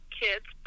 kids